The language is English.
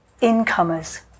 incomers